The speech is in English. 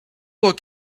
look